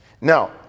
Now